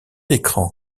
écran